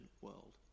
world